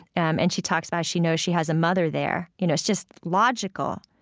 um and she talks about she knows she has a mother there. you know, it's just logical.